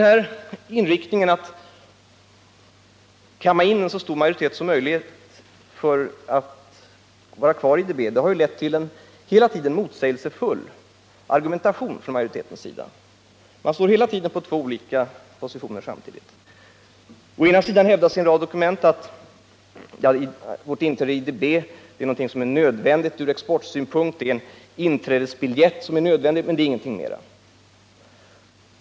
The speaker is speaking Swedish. Försöken att kamma in så stor majoritet som möjligt för ett beslut att stanna kvar i IDB har hela tiden lett till en motsägelsefull argumentation från majoritetens sida. Man diskuterar från två olika positioner. Å ena sidan hävdas i en rad dokument att vårt inträde i IDB är nödvändigt från exportsynpunkt — det är en inträdesbiljett men inget mera.